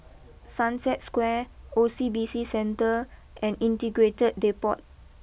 Sunset Square O C B C Centre and Integrated Depot